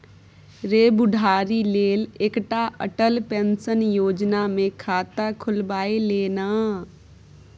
रे बुढ़ारी लेल एकटा अटल पेंशन योजना मे खाता खोलबाए ले ना